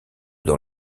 dans